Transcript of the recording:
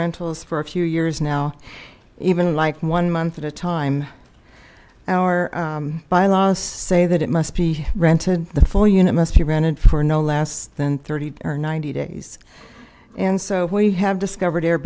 rentals for a few years now even like one month at a time our bylaws say that it must be rented the full unit must be rented for no less than thirty or ninety days and so we have discovered